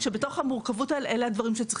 שצריך